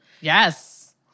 Yes